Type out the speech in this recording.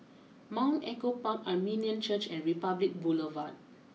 Mount Echo Park Armenian Church and Republic Boulevard